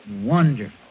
wonderful